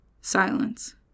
Silence